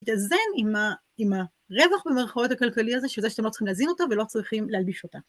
התאזן עם הרווח במרכאות הכלכלי הזה שבזה שאתם לא צריכים להזין אותה ולא צריכים להלביש אותה.